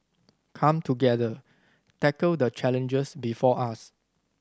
come together tackle the challenges before us